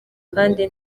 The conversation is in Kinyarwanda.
kandi